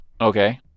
okay